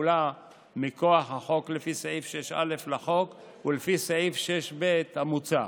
כפולה מכוח החוק לפי סעיף 6א לחוק ולפי סעיף 6ב המוצע.